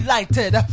Lighted